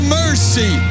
mercy